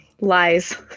Lies